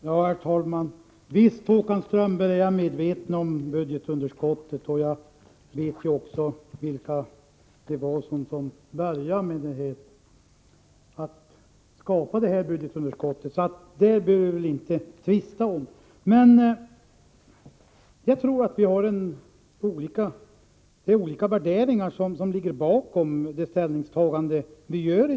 Herr talman! Visst, Håkan Strömberg, är jag medveten om budgetunderskottet. Jag vet också vilka det var som började skapa detta budgetunderskott. Den saken behöver vi alltså inte tvista om. Men jag tror att det är olika värderingar som ligger bakom våra ställningstaganden.